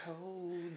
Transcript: cold